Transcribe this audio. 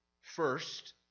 First